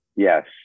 Yes